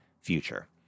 future